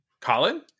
Colin